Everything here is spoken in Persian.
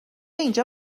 اینجا